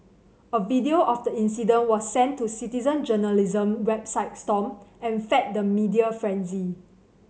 a video of the incident was sent to citizen journalism website Stomp and fed the media frenzy